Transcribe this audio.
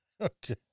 Okay